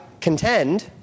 contend